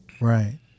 Right